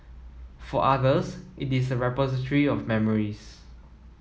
for others it is a repository of memories